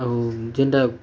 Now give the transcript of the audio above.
ଆଉ ଯେନ୍ଟା